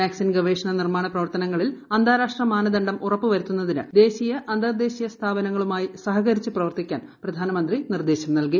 vaccine ഗവേഷണ നിർമ്മാണപ്രവർത്തനങ്ങളിൽ അന്താരാഷ്ട്ര മാനദണ്ഡം ഉറപ്പുവരുത്തുന്നതിന് ദേശീയ അന്തർദേശീയ സ്ഥാപനങ്ങളുമായി സഹകരിച്ച് പ്രവർത്തിക്കാൻ പ്രധാനമന്ത്രി നിർദ്ദേശം നൽകി